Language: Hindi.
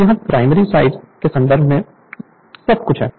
तो यहां प्राइमरी साइड के संदर्भ में सब कुछ है